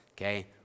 okay